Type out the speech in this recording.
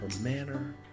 manner